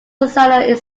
susanna